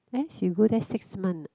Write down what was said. eh she go there six month ah